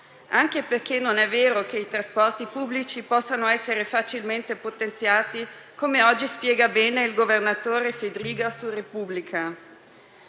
anche perché non è vero che i trasporti pubblici possono essere facilmente potenziati, come oggi spiega bene il governatore Fedriga su «la Repubblica».